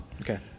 Okay